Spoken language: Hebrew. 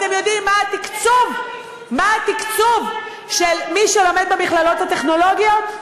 אתם יודעים מה התקצוב של מי שלומד במכללות הטכנולוגיות?